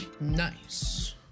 Nice